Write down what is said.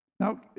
Now